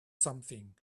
something